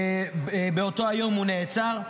באותו היום הוא נעצר.